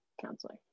counselor